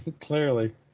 Clearly